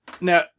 now